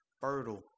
fertile